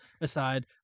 aside